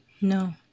No